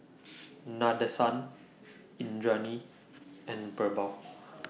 Nadesan Indranee and Birbal